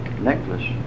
necklace